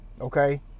Okay